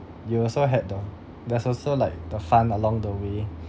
you also had the there's also like the fun along the way